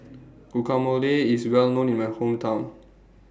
Guacamole IS Well known in My Hometown